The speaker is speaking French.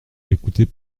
l’écoutez